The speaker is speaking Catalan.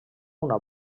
una